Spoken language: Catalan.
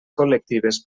col·lectives